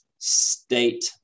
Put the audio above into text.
state